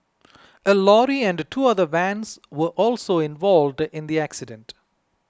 a lorry and two other vans were also involved in the accident